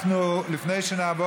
(תיקון, ניהול